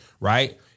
Right